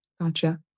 Gotcha